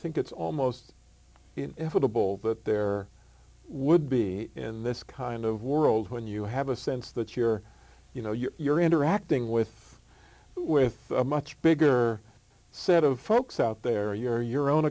think it's almost inevitable that there would be in this kind of world when you have a sense that you're you know you're interacting with with a much bigger set of folks out there you're your own